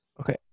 Okay